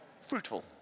Fruitful